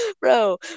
Bro